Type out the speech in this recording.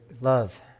love